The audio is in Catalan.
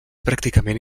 pràcticament